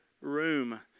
room